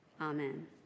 Amen